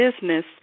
Business